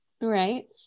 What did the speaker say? right